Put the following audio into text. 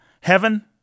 heaven